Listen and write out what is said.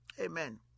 amen